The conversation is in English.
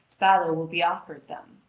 battle will be offered them.